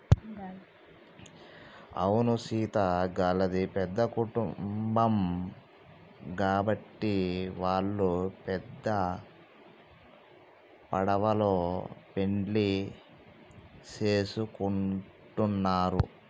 అవును సీత గళ్ళది పెద్ద కుటుంబం గాబట్టి వాల్లు పెద్ద పడవలో పెండ్లి సేసుకుంటున్నరు